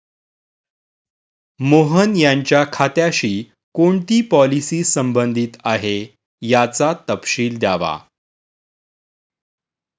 मोहन यांच्या खात्याशी कोणती पॉलिसी संबंधित आहे, याचा तपशील द्यावा